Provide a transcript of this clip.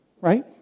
Right